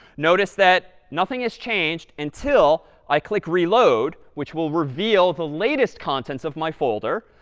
notice that nothing has changed until i click reload, which will reveal the latest contents of my folder.